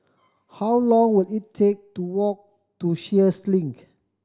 how long will it take to walk to Sheares Link